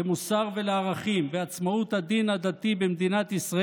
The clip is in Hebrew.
הולכים ומפיצים שמועות שהאמריקאים לא מכירים ברמת הגולן.